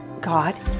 God